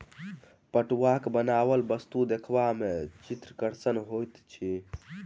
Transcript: पटुआक बनाओल वस्तु देखबा मे चित्तकर्षक होइत अछि